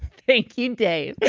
thank you, dave.